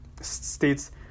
states